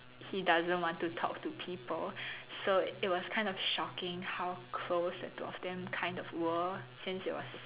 he doesn't want to talk to people so it was kind of shocking how close the two of them kind of were since it was